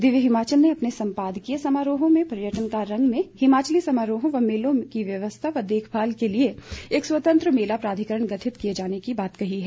दिव्य हिमाचल ने अपने संपादकीय समारोहों में पर्यटन का रंग में हिमाचली समारोहों व मेलों की वयवस्था व देखरेख के लिए एक स्वतंत्र मेला प्राधिकरण गठित किए जाने की बात कही है